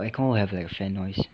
the aircon will have like a fan noise